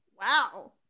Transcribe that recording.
wow